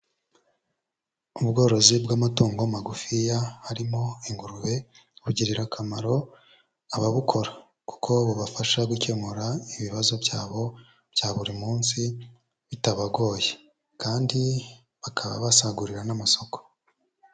Ubworozi bw'amatungo magufiya harimo ingurube bugirira akamaro ababukora kuko bubafasha gukemura ibibazo byabo bya buri munsi bitabagoye, kandi bakaba basagurira n'amasoko.